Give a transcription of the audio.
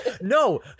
No